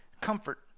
comfort